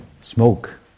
Smoke